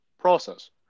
process